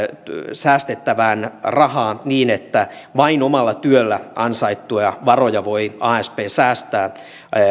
säästettävää rahaa niin että alaikäinen nuori voi vain omalla työllä ansaittuja varoja asp säästää